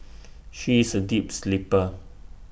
she is A deep sleeper